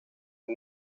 een